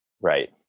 Right